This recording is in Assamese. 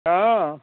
অঁ